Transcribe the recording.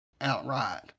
outright